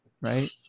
right